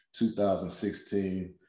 2016